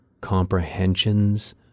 comprehensions